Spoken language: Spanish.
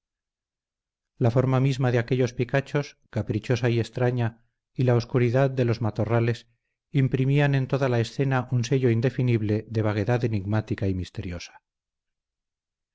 la forma misma de aquellos picachos caprichosa y extraña y la oscuridad de los matorrales imprimían en toda la escena un sello indefinible de vaguedad enigmática y misteriosa